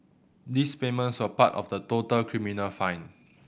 these payments were part of the total criminal fine